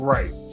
Right